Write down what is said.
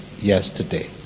yesterday